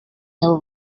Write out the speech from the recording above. y’abo